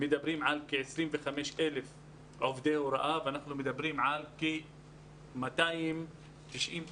על כ-25,000 עובדי הוראה ועל כ-290,000